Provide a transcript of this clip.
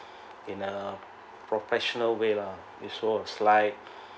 in a professional way lah you show a slide